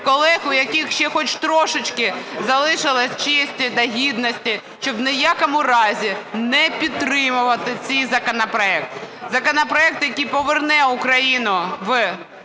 колег, у яких ще хоч трішечки залишилося честі та гідності, щоб ні в якому разі не підтримувати цей законопроект – законопроект, який поверне Україну в систему